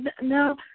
no